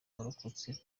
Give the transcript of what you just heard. yarokotse